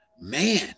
man